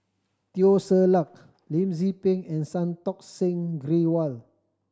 Teo Ser Luck Lim Tze Peng and Santokh Singh Grewal